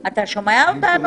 שומע אותנו?